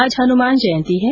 आज हनुमान जयंती है